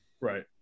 Right